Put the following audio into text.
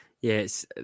Yes